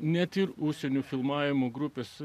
net ir užsienio filmavimo grupės